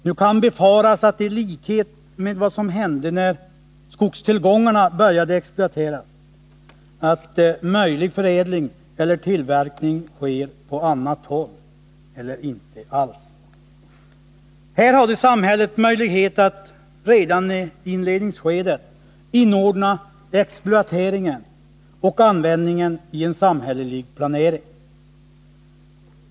Nu kan man befara att möjlig framställning eller förändring sker på annat håll, eller inte alls, i likhet med vad som hände när skogstillgångarna började exploateras. Här hade samhället möjlighet att redan i inledningsskedet inordna exploateringen och användningen i en samhällelig planering.